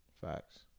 facts